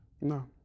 No